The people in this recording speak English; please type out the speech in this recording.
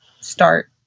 start